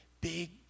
big